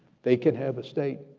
they can have a state,